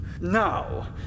Now